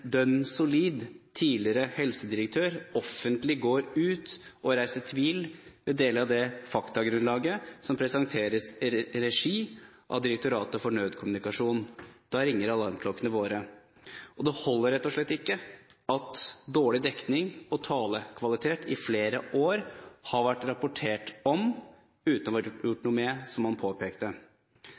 dønn solid tidligere helsedirektør offentlig går ut og sår tvil om deler av det faktagrunnlaget som presenteres i regi av Direktoratet for nødkommunikasjon. Da ringer alarmklokkene våre. Det holder rett og slett ikke at dårlig dekning og talekvalitet i flere år har vært rapportert om uten å ha vært gjort noe med, som han påpekte.